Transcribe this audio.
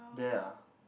there ah